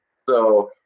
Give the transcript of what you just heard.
so,